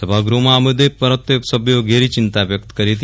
સભાગૃહમાં આ મુદ્દે પરત્વે સભ્યોએ ઘેરી ચિંતા વ્યક્ત કરી હતી